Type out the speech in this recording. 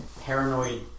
paranoid